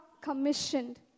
commissioned